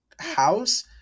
house